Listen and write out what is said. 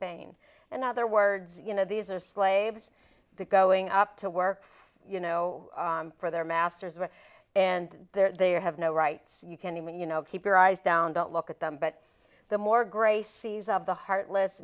pain and other words you know these are slaves the going up to work you know for their masters and they have no rights you can't even you know keep your eyes down don't look at them but the more gracies of the heartless